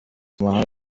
muhanga